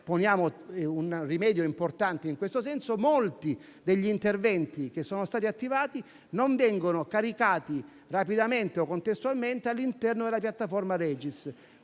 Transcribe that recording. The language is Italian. poniamo un rimedio importante in questo senso. Molti degli interventi che sono stati attivati non vengono caricati rapidamente o contestualmente all'interno della piattaforma ReGis.